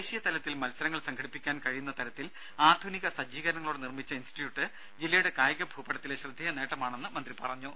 ദേശീയ തലത്തിൽ മത്സരങ്ങൾ സംഘടിപ്പിക്കാൻ കഴിയുന്ന തരത്തിൽ ആധുനിക സജ്ജീകരണങ്ങളോടെ നിർമിച്ച ഇൻസ്റ്റിറ്റ്യൂട്ട് ജില്ലയുടെ കായിക ഭൂപടത്തിലെ ശ്രദ്ധേയ നേട്ടമാണെന്ന് മന്ത്രി പറഞ്ഞു